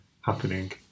happening